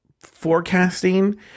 forecasting